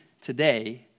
today